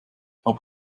aber